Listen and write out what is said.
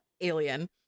alien